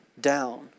down